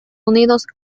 unidos